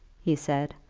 he said,